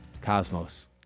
Cosmos